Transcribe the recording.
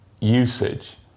usage